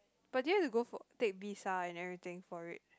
but do you to go for take visa and everything for it